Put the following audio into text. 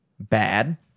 Bad